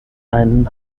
einen